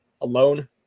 alone